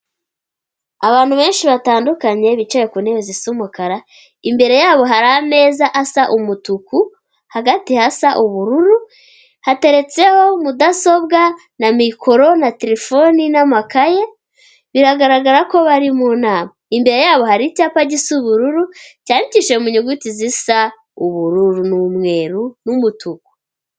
Abantu benshi batandukanye bicaye ku ntebe zisa umukara, imbere yabo hari ameza asa umutuku hagati hasa ubururu, hateretseho mudasobwa na mikoro na terefoni n'amakaye, biragaragara ko bari mu nama. Imbere yabo hari icyapa gisa ubururu cyandikishije mu nyuguti zisa ubururu n'umweru n'umutuku.